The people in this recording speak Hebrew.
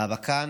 מאבקן